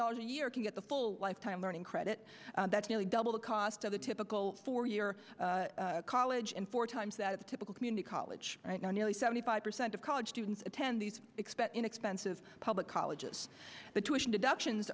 dollars a year to get the full lifetime learning credit that's nearly double the cost of a typical four year college and four times that of the typical community college right now nearly seventy five percent of college students attend these expect inexpensive public colleges the tuition deductions